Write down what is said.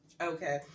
Okay